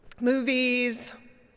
Movies